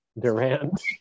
Durant